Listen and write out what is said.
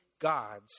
God's